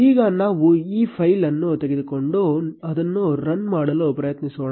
ಈಗ ನಾವು ಈ ಫೈಲ್ ಅನ್ನು ತೆಗೆದುಕೊಂಡು ಅದನ್ನು ರನ್ ಮಾಡಲು ಪ್ರಯತ್ನಿಸೋಣ